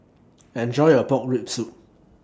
Enjoy your Pork Rib Soup